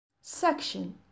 Section